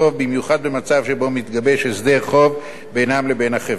במיוחד במצב שבו מתגבש הסדר חוב בינם לבין החברה.